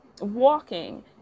walking